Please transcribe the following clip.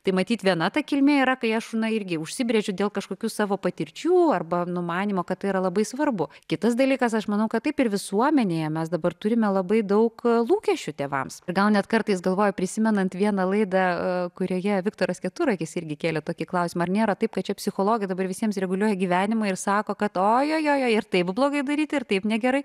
tai matyt viena ta kilmė yra kai aš irgi užsibrėžiu dėl kažkokių savo patirčių arba numanymo kad tai yra labai svarbu kitas dalykas aš manau kad taip ir visuomenėje mes dabar turime labai daug lūkesčių tėvams ir gal net kartais galvoju prisimenant vieną laidą kurioje viktoras keturakis irgi kėlė tokį klausimą ar nėra taip kad šie psichologai dabar visiems reguliuoja gyvenimą ir sako kad ojojoj taip blogai daryti ir taip negerai